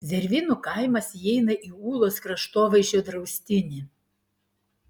zervynų kaimas įeina į ūlos kraštovaizdžio draustinį